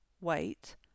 Wait